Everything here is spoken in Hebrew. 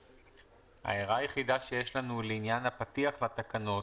ההערה היחידה שיש לנו היא לעניין הפתיח לתקנות,